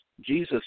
Jesus